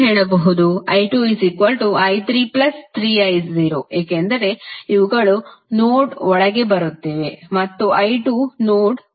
i2i33I0 ಏಕೆಂದರೆ ಇವುಗಳು node ಒಳಗೆ ಬರುತ್ತಿವೆ ಮತ್ತು i2 ನೋಡ್ ಹೊರಗೆ ಹೋಗುತ್ತಿದೆ